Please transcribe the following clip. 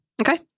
Okay